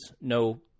no